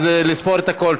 אז לספור את הכול.